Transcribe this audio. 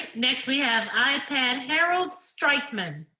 next we have harold strikeman.